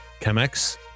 chemex